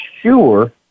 sure